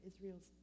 Israel's